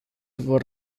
vor